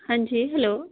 ਹਾਂਜੀ ਹੈਲੋ